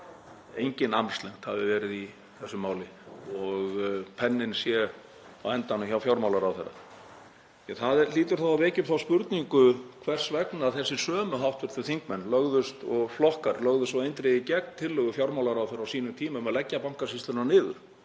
engin armslengd hafi verið í þessu máli og að penninn sé á endanum hjá fjármálaráðherra. Það hlýtur þá að vekja upp þá spurningu hvers vegna þessir sömu hv. þingmenn og flokkar lögðust svo eindregið gegn tillögu fjármálaráðherra á sínum tíma um að leggja Bankasýsluna niður,